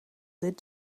dit